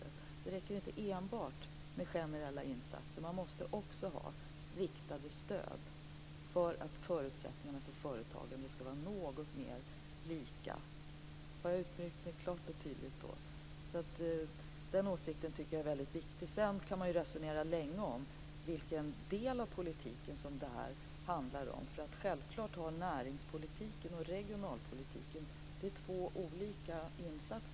Det räcker inte med enbart generella insatser. Man måste också ha riktade stöd för att förutsättningarna för företagande ska vara något mer lika. Har jag uttryckt mig klart och tydligt nu? Den här åsikten tycker jag är väldigt viktig. Sedan kan man resonera länge om vilken del av politiken som detta handlar om. Självfallet är det två olika insatser vi pratar om när det gäller näringspolitiken och regionalpolitiken.